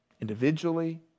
individually